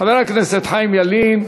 חבר הכנסת חיים ילין.